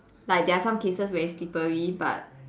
like there are some cases where it's slippery but